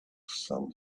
sun